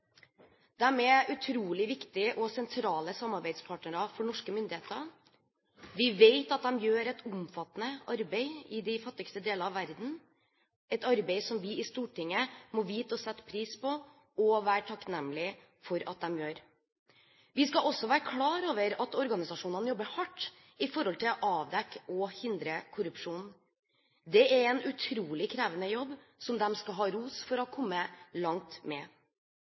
er utrolig viktige og sentrale samarbeidspartnere for norske myndigheter. Vi vet at de gjør et omfattende arbeid i de fattigste delene av verden – et arbeid som vi i Stortinget må vite å sette pris på og være takknemlige for at de gjør. Vi skal også være klar over at organisasjonene jobber hardt for å avdekke og hindre korrupsjon. Det er en utrolig krevende jobb som de skal ha ros for å ha kommet langt med.